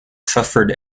suffered